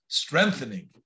strengthening